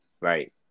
Right